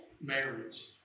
marriage